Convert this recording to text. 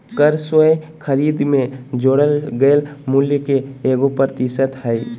कर स्वयं खरीद में जोड़ल गेल मूल्य के एगो प्रतिशत हइ